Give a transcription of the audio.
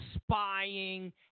spying